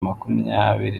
makumyabiri